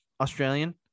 Australian